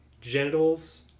genitals